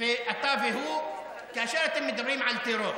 אתה והוא, כאשר אתם מדברים על טרור,